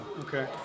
Okay